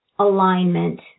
Alignment